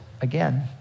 again